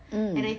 mm